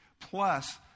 Plus